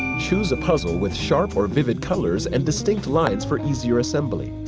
choose a puzzle with sharp or vivid colors and distinct lines for easier assembly.